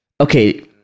Okay